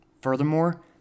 Furthermore